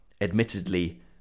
admittedly